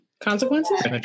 consequences